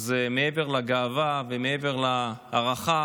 אז מעבר לגאווה ומעבר להערכה,